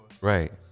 Right